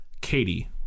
Katie